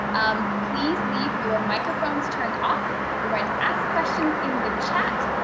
um, please leave your microphones turned off, we're going to ask questions in the chat,